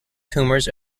tumors